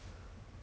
landing